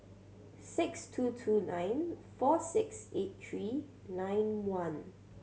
six two two nine four six eight three nine one